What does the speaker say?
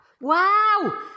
Wow